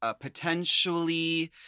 potentially